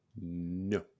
No